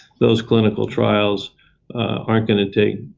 those clinical trials aren't going to take,